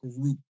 group